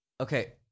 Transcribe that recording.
Okay